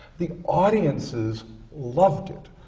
the audiences loved it!